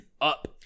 up